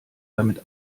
damit